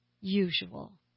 usual